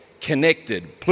connected